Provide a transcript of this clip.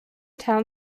town